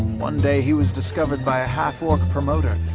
one day he was discovered by a half-orc promoter,